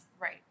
Right